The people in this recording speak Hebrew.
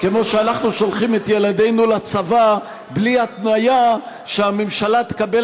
כמו שאנחנו שולחים את ילדינו לצבא בלי התניה שהממשלה תקבל